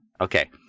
Okay